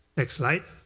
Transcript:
next slide.